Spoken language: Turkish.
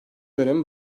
dönemi